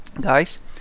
Guys